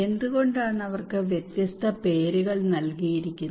എന്തുകൊണ്ടാണ് അവർക്ക് വ്യത്യസ്ത പേരുകൾ നൽകിയിരിക്കുന്നത്